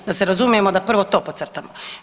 Da se razumijemo da prvo to podcrtamo.